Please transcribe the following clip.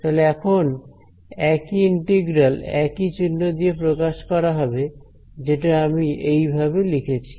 তাহলে এখন একই ইন্টিগ্রাল একই চিহ্ন দিয়ে প্রকাশ করা হবে যেটা আমি এইভাবে লিখছি